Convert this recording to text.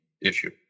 issue